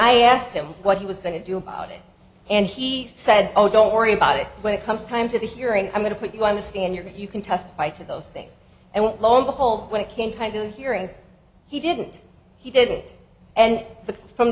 i asked him what he was going to do about it and he said oh don't worry about it when it comes time to the hearing i'm going to put you on the stand your you can testify to those things and lo and behold when it came time to hear and he didn't he did and